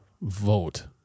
vote